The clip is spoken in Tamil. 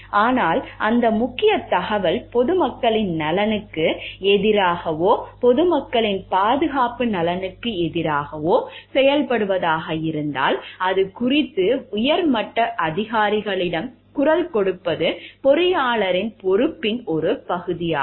ஆனால் அந்த முக்கியத் தகவல் பொதுமக்களின் நலனுக்கு எதிராகவோ பொது மக்களின் பாதுகாப்பு நலனுக்கு எதிராகவோ செயல்படுவதாக இருந்தால் அது குறித்து உயர்மட்ட அதிகாரிகளிடம் குரல் கொடுப்பது பொறியாளரின் பொறுப்பின் ஒரு பகுதியாகும்